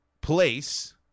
place